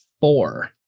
four